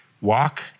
walk